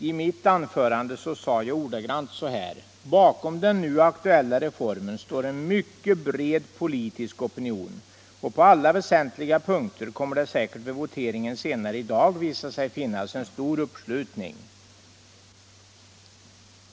I mitt anförande sade jag ordagrant: Bakom den nu aktuella reformen står en mycket bred politisk opinion, och på alla väsentliga punkter kommer det säkert vid voteringen senare i dag att visa sig finnas en stor uppslutning.